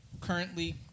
currently